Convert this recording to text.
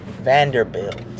Vanderbilt